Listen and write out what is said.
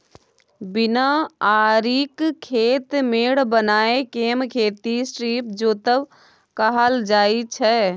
बिना आरिक खेत मेढ़ बनाए केँ खेती स्ट्रीप जोतब कहल जाइ छै